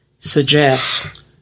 suggest